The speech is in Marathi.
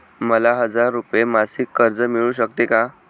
मला हजार रुपये मासिक कर्ज मिळू शकते का?